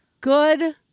Good